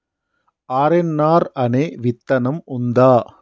RNR అనే విత్తనం ఉందా?